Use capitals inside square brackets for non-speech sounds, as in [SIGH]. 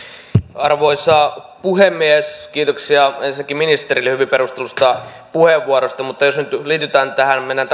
arvoisa puhemies kiitoksia ensinnäkin ministerille hyvin perustellusta puheenvuorosta mutta jos mennään [UNINTELLIGIBLE]